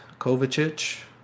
Kovacic